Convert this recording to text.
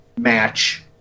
match